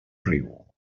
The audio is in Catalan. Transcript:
riu